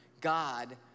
God